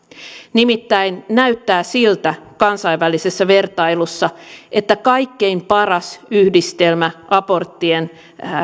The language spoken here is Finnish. nimittäin näyttää siltä kansainvälisessä vertailussa että kaikkein paras yhdistelmä aborttien